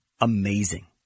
amazing